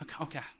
Okay